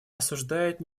осуждает